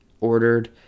ordered